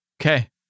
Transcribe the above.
Okay